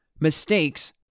mistakes